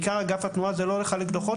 בעיקר אגף התנועה זה לא לחלק דוחות,